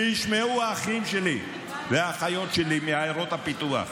שישמעו האחים שלי והאחיות שלי מעיירות הפיתוח,